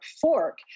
fork